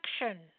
Action